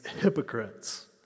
hypocrites